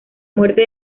muerte